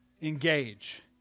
engage